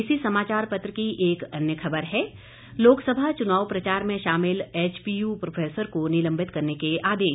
इसी समाचार पत्र की एक अन्य खबर है लोकसभा चुनाव प्रचार में शामिल एचपीयू प्रोफेसर को निलंबित करने के आदेश